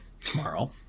tomorrow